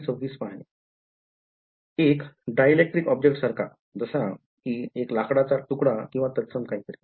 २६ पाहणे एक dielectric object सारखा जसा कि एक लाकडाचा तुकडा किंवा तत्सम काहीतरी